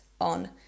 on